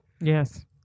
Yes